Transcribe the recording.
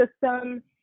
system